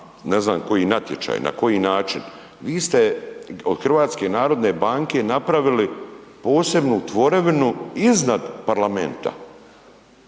ne znam koji natječaj, na koji način. Vi ste od HNB-a napravili posebnu tvorevinu iznad parlamenta.